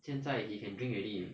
现在 he can drink already